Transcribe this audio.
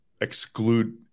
exclude